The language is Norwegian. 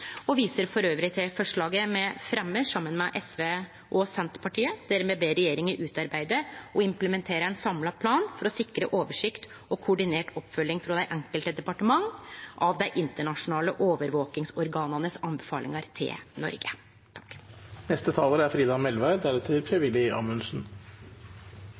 viser elles til forslaget me fremjar saman med SV og Senterpartiet, der me ber regjeringa utarbeide og implementere ein samla plan for å sikre oversikt og koordinert oppfølging frå dei enkelte departementa av dei anbefalingane internasjonale overvakingsorgana har til Noreg.